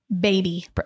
baby